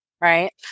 right